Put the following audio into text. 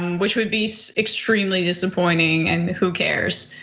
which would be extremely disappointing and who cares?